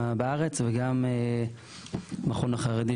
בארץ וגם המכון החרדי,